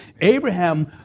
Abraham